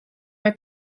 mae